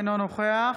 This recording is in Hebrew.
אינו נוכח